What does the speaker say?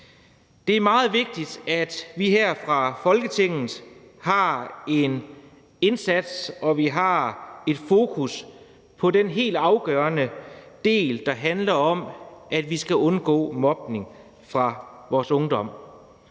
Det er meget vigtigt, at vi her fra Folketinget har en indsats, og vi har et fokus på den helt afgørende del, der handler om, at vi skal undgå mobning hos vores ungdom.